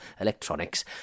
electronics